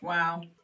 Wow